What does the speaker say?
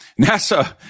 NASA